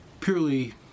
purely